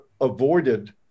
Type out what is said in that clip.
avoided